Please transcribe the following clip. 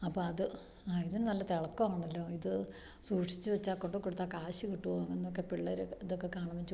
അപ്പം അത് ആ ഇതിന് നല്ല തിളക്കവാണല്ലോ ഇത് സൂക്ഷിച്ച് വെച്ചാൽ കൊണ്ട് കൊടുത്താൽ കാശ് കിട്ടോ എന്നൊക്കെ പിള്ളേർ ഇതൊക്കെ കാണുമ്പം ചോദിക്കും